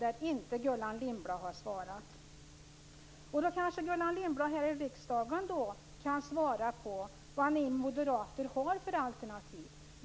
om energipolitiken som inte Gullan Lindblad har svarat på. Då kanske Gullan Lindblad här i riksdagen kan svara på vad ni moderater har för alternativ.